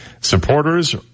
Supporters